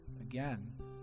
again